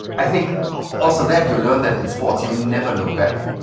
i think ah also that you learn that in sports, you never look back.